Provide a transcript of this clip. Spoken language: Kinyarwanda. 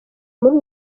muri